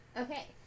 Okay